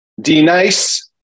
D-nice